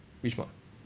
which mod